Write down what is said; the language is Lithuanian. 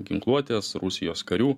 ginkluotės rusijos karių